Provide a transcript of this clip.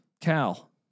Cal